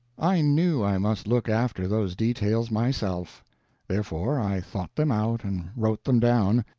i knew i must look after those details myself therefore i thought them out and wrote them down,